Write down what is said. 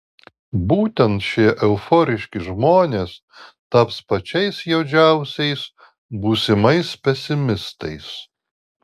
būtent šie euforiški žmonės taps pačiais juodžiausiais būsimais pesimistais